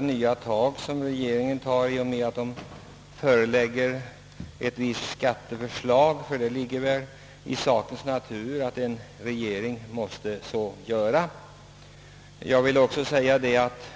nya djärva grepp som regeringen har tagit i och med att den framlagt ett visst skatteförslag, ty det ligger väl i sakens natur att en regering måste så göra, för att fylla en del av sin uppgift.